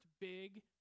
big